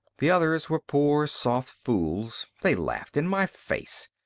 the others were poor soft fools. they laughed in my face.